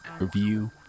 review